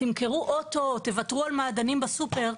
תמכרו אוטו או תותרו על מעדנים בסופר,